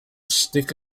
stick